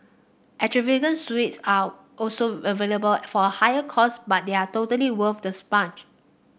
extravagant suites are also available for a higher cost but they are totally worth the